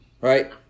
Right